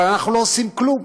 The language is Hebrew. אבל אנחנו לא עושים כלום.